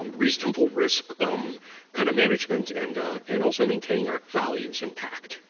um reasonable risk um kind of management, and and also maintaining our values intact.